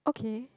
okay